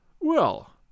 Well